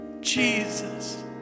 Jesus